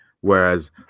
Whereas